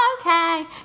okay